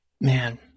man